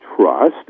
trust